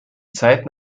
zeiten